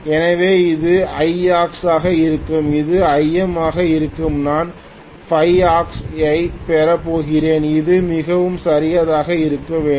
எனவே இது Iaux ஆக இருக்கும் இது IM ஆக இருக்கும் நான் φaux ஐ பெறப்போகிறேன் அது மிகவும் சிறியதாக இருக்க வேண்டும்